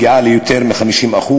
והיא מגיעה ליותר מ-50%.